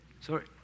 sorry